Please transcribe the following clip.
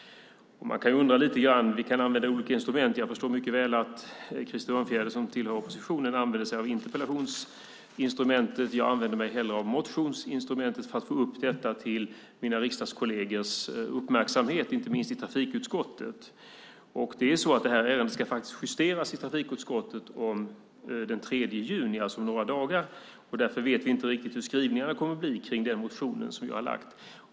Vi kan använda olika instrument, och jag förstår mycket väl att Krister Örnfjäder som tillhör oppositionen använder sig av interpellationsinstrumentet. Jag använder mig hellre av motionsinstrumentet för att få upp detta till mina riksdagskollegers uppmärksamhet, inte minst i trafikutskottet. Ärendet ska justeras i trafikutskottet den 3 juni, alltså om några dagar. Därför vet vi inte riktigt hur skrivningarna kommer att bli om den motion som jag har väckt.